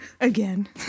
again